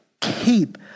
keep